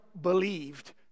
believed